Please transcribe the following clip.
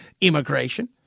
immigration